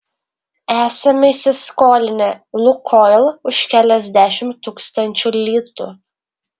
esame įsiskolinę lukoil už keliasdešimt tūkstančių litų